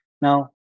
Now